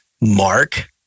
Mark